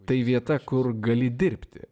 tai vieta kur gali dirbti